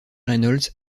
reynolds